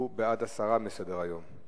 הוא בעד הסרה מסדר-היום.